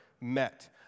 met